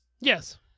yes